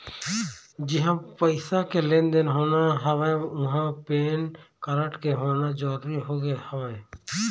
जिहाँ पइसा के लेन देन होना हवय उहाँ पेन कारड के होना जरुरी होगे हवय